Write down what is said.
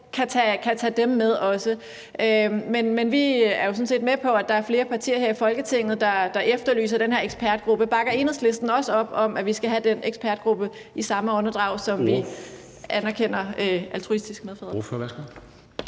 kan tage dem med. Men vi er jo sådan set med på, at der er flere partier her i Folketinget, der efterlyser den her ekspertgruppe. Bakker Enhedslisten også op om, at vi skal have den ekspertgruppe, i samme åndedrag, som vi anerkender altruistiske medfædre?